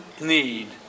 need